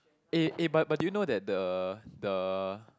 eh eh but but do you know that the the